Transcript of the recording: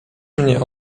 mnie